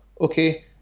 okay